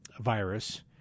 virus